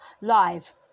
live